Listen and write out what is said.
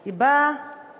היא באה